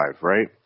right